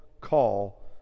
call